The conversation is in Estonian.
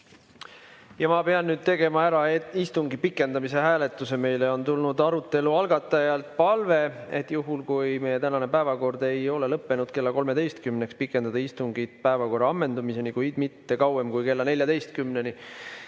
Ma pean nüüd tegema ära istungi pikendamise hääletuse. Meile on tulnud arutelu algatajalt palve: juhul, kui meie tänane päevakord ei ole lõppenud kella 13-ks, pikendada istungit päevakorra ammendumiseni, kuid mitte kauem kui kella 14-ni.